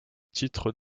titre